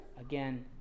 Again